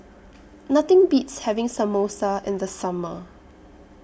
Nothing Beats having Samosa in The Summer